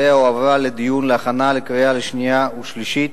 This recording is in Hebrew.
שאליה הועברה לדיון ולהכנה לקריאה השנייה והשלישית